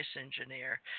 engineer